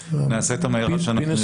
נעשה את המרב שאנחנו יכולים.